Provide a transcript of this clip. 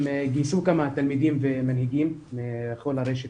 הם גייסו כמה תלמידים ומנהיגים מכל הרשת